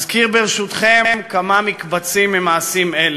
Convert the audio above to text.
אזכיר, ברשותכם, כמה מקבצים ממעשים אלה: